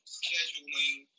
scheduling